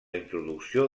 introducció